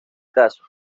caso